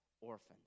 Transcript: orphans